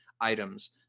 items